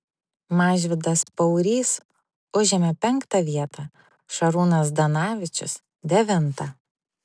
mažvydas paurys užėmė penktą vietą šarūnas zdanavičius devintą